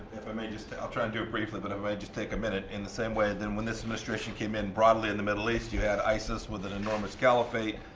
if i may just to i'll try and do it briefly, but i might just take a minute. in the same way that and and when this administration came in, broadly in the middle east, you had isis with an enormous caliphate,